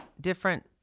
different